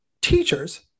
teachers